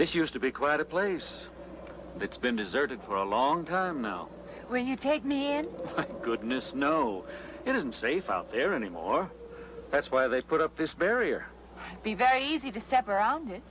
this used to be quite a place it's been deserted for a long time now when you take me good news no it isn't safe out there anymore that's why they put up this barrier be very easy to separate